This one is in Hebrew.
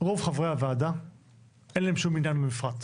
רוב חברי הוועדה אין להם שום עניין במפרט.